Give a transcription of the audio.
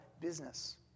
business